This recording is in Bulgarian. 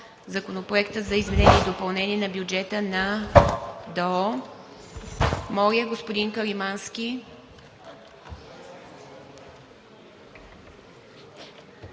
Законопроекта за изменение и допълнение на Закона за бюджета на ДОО. Моля, господин Каримански!